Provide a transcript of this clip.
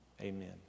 Amen